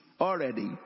already